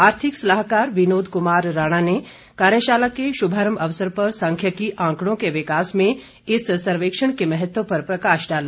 आर्थिक सलाहकार विनोद कुमार राणा ने कार्यशाला के शुभारंभ अवसर पर सांख्यिकी आंकड़ों के विकास में इस सर्वेक्षण के महत्व पर प्रकाश डाला